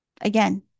Again